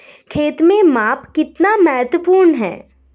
खेत में माप कितना महत्वपूर्ण है?